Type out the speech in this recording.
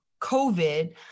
COVID